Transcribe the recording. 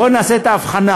בואו נעשה את ההבחנה.